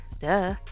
duh